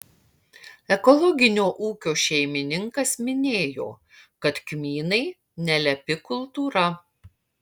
ekologinio ūkio šeimininkas minėjo kad kmynai nelepi kultūra